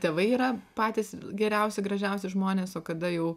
tėvai yra patys geriausi gražiausi žmonės o kada jau